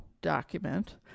document